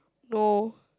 no